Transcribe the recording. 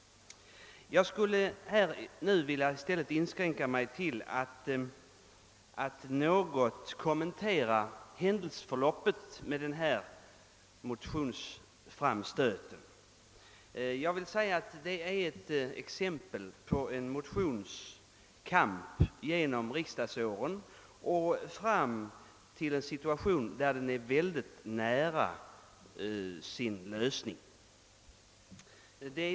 Jag skulle nu vilja i stället inskränka mig till att något kommentera händelseförloppet vid den här motionsframstöten. Det är ett exempel på en motions kamp genom <riksdagsåren fram till en situation där frågan är mycket nära sin lösning.